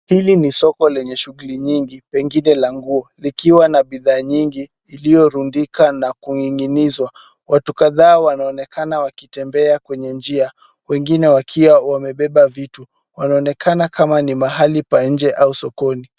Hili ni soko lenye shughuli nyingi, pengine la nguo, likiwa na bidhaa nyingi iliyorundika na kuning'inizwa. Watu kadhaa wanaonekana wakitembea kwenye njia wengine wakiwa wamebeba vitu, wanaonekana kama ni mahali pa nje au sokoni.